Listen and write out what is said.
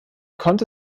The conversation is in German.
konnte